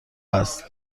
است